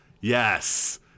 yes